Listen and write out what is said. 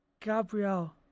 Gabriel